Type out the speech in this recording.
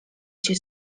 się